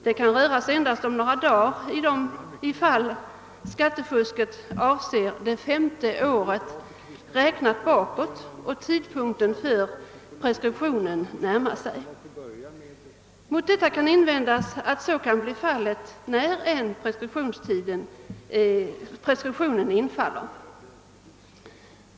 Det kan röra sig om endast några dagar i de fall skattefusket avser det femte året bakåt räknat och tidpunkten för preskriptionen närmar sig. Mot detta kan invändas att denna metod kan användas hur lång preskriptionstiden än är.